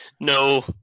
No